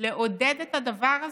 לעודד את הדבר הזה,